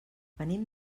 venim